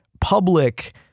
Public